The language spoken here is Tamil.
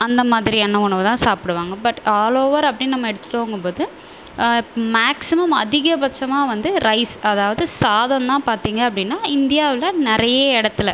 அந்தமாதிரியான உணவுதான் சாப்பிடுவாங்க பட் ஆல்ஓவர் அப்படினு நம்ம எடுத்துட்டோங்கும்போது மேக்சிமம் அதிக பட்சமாக வந்து ரைஸ் அதாவது சாதம் தான் பார்த்திங்க அப்படின்னா இந்தியாவில் நிறைய இடத்துல